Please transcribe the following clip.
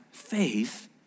faith